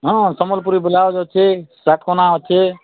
ହଁ ସମ୍ବଲପୁରୀ ବ୍ଳାଉଜ୍ ଅଛି ସାର୍ଟ କନା ଅଛି